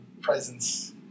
presence